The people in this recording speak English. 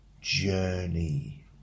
journey